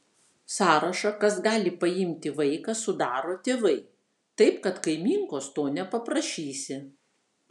sąrašą kas gali paimti vaiką sudaro tėvai taip kad kaimynkos to nepaprašysi